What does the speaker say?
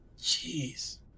Jeez